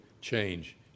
change